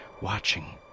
watching